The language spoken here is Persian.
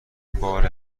بار